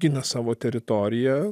gina savo teritoriją